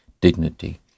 dignity